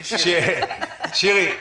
שירי: